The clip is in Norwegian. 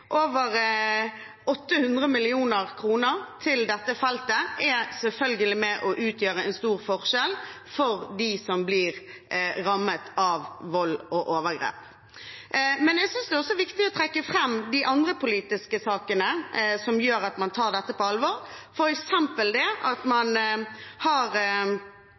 med og utgjør en stor forskjell for dem som blir rammet av vold og overgrep. Men jeg synes at det også er viktig å trekke fram de andre politiske sakene som gjør at man tar dette på alvor, f. eks. at man har